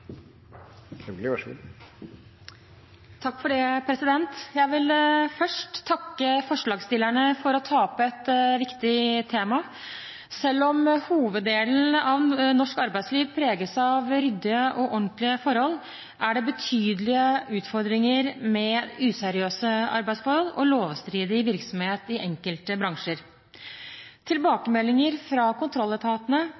Jeg vil først takke forslagsstillerne for å ta opp et viktig tema. Selv om hoveddelen av norsk arbeidsliv preges av ryddige og ordentlige forhold, er det betydelige utfordringer med useriøse arbeidsforhold og lovstridig virksomhet i enkelte bransjer.